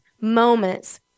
moments